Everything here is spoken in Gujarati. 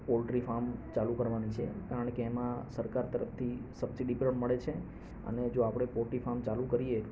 પોલ્ટરી ફાર્મ ચાલું કરવાની છે કારણ કે એમાં સરકાર તરફથી સબસિડી પણ મળે છે અને જો આપણે પોલ્ટ્રી ફાર્મ ચાલુ કરીએ